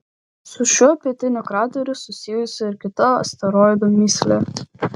su šiuo pietiniu krateriu susijusi ir kita asteroido mįslė